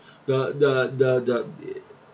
the the the the it